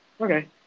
Okay